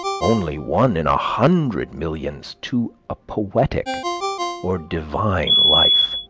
only one in a hundred millions to a poetic or divine life.